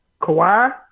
Kawhi